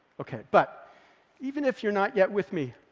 okay. but even if you're not yet with me,